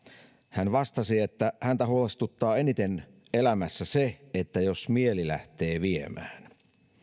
hän vastasi että häntä huolestuttaa eniten elämässä se jos mieli lähtee viemään